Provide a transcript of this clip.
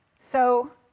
so